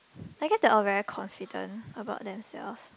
I guess they all very confident about themselves